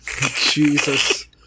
Jesus